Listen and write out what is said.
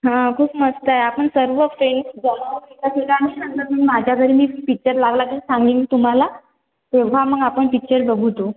हा खूप मस्त आहे आपण सर्व फ्रेंड्स जमा होऊ एका ठिकाणी नंतर मी माझ्या घरी ही पिक्चर लावला तर सांगीन मी तुम्हाला तेव्हा मग आपण पिक्चर बघू तो